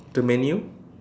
the menu